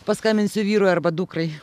paskambinsiu vyrui arba dukrai